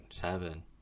Seven